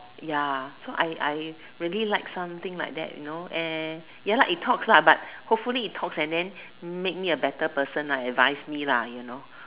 ya so I I really like something like that you know and ya lah it talks lah but hopefully it talks and then makes me a better person lah advise me lah you know